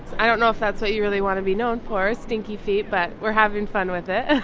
i don't know if that's what you really want to be known for, stinky feet, but we're having fun with it